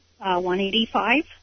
185